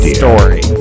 story